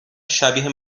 شبیه